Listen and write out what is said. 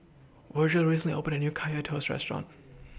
Virgel recently opened A New Kaya Toast Restaurant